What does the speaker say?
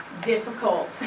Difficult